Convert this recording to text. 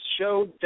show